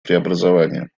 преобразования